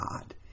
God